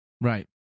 Right